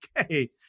Okay